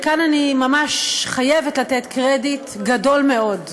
וכאן אני ממש חייבת לתת קרדיט גדול מאוד.